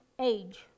age